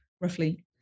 roughly